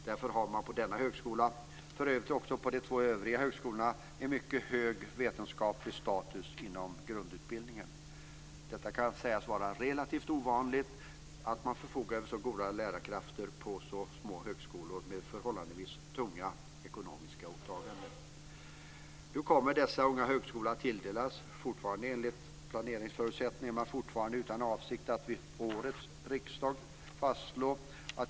Därför har man på denna högskola - för övrigt också på de två andra högskolorna - en mycket hög vetenskaplig status inom grundutbildningen. Det är relativt ovanligt att man förfogar över så goda lärarkrafter på så små högskolor med så förhållandevis tunga ekonomiska åtaganden. Nu kommer dessa tre högskolor att tillföras ett ökat antal helårsstudenter. Det sker i enlighet med planeringsförutsättningarna, men riksdagen har fortfarande ingen avsikt att fastslå detta.